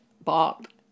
bought